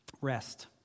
Rest